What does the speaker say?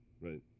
right